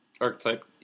archetype